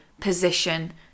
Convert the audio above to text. position